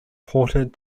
ported